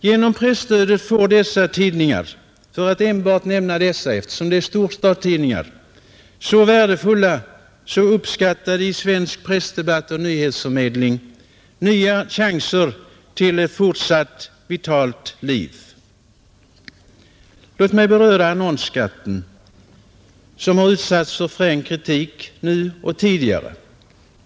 Genom presstödet får dessa tre tidningar — för att enbart nämna dem eftersom de är storstadstidningar — så värdefulla, så uppskattade i svensk pressdebatt och nyhetsförmedling, nya chanser till fortsatt vitalt liv. Låt mig beröra annonsskatten som utsatts för frän kritik nu och tidigare.